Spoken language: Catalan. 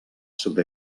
sud